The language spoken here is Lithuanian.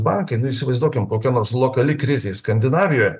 bankai nu įsivaizduokim kokia nors lokali krizė skandinavijoj